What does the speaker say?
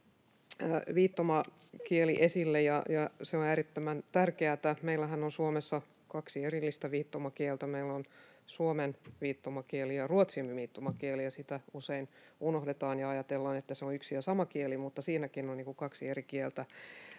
viittomakieli esille, ja se on äärettömän tärkeätä. Meillähän on Suomessa kaksi erillistä viittomakieltä: meillä on suomen viittomakieli ja ruotsin viittomakieli. Se usein unohdetaan ja ajatellaan, että se on yksi ja sama kieli, mutta siinäkin on niin kuin kaksi eri kieltä.